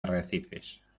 arrecifes